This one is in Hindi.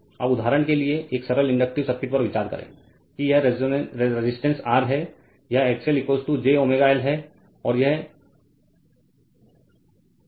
अब उदाहरण के लिए एक सरल इंडक्टिव सर्किट पर विचार करें कि यह रेजिस्टेंस R है यह XL JL ω है और यह I के माध्यम से करंट है